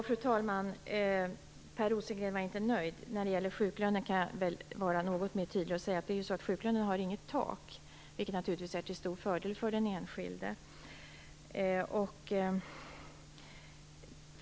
Fru talman! Per Rosengren var inte nöjd. När det gäller sjuklönen kan jag vara något mer tydlig och säga att den inte har något tak, vilket naturligtvis är till stor fördel för den enskilde.